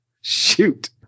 Shoot